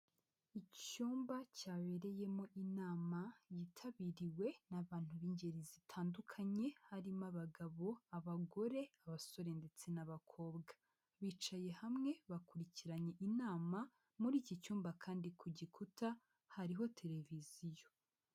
Icyumba cyabereyemo inama yitabiriwe n'abantu b'ingeri zitandukanye harimo abagabo, abagore, abasore ndetse n'abakobwa. Bicaye hamwe bakurikiranye inama muri iki cyumba, kandi ku gikuta hariho televiziyo.